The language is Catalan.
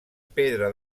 pedra